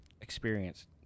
experience